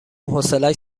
حوصلش